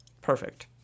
perfect